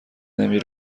نمی